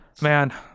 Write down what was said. Man